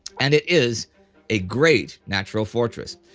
and it is a great natural fortress.